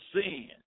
sin